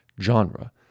genre